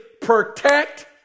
protect